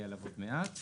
ועוד מעט